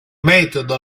metodo